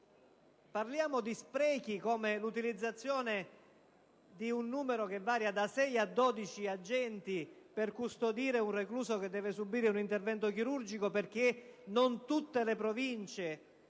Parliamo di sprechi, come l'utilizzazione di un numero che varia da 6 a 12 agenti per custodire un recluso che deve subire un intervento chirurgico, perché non tutte le Province